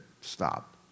stop